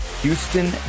Houston